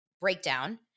breakdown